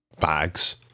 bags